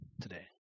today